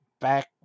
back